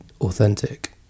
authentic